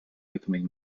becoming